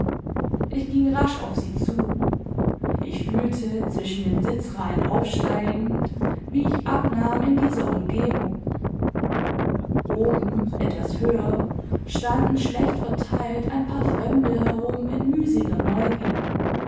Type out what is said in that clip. ich ging rasch auf sie zu ich fühlte zwischen den sitzreihen aufsteigend wie ich abnahm in dieser umgebung oben etwas höher standen schlecht verteilt ein paar fremde herum in müßiger neugier